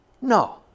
no